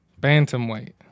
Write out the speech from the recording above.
bantamweight